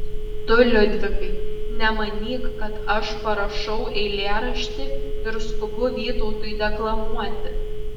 tu liudvikai nemanyk kad aš parašau eilėraštį ir skubu vytautui deklamuoti